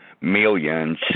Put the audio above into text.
Millions